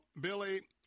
Billy